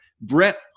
Brett